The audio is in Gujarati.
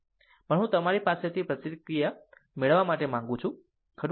પણ હું તમારી પાસેથી પ્રતિક્રિયા મેળવવા માંગુ છું ખરું